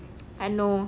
I know